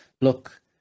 look